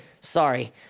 Sorry